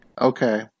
Okay